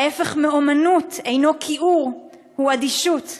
ההפך מאמנות אינו כיעור, הוא אדישות.